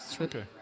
Okay